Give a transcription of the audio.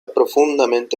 profundamente